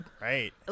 Right